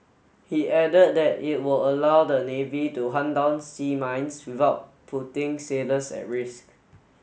he added that it will allow the navy to hunt down sea mines without putting sailors at risk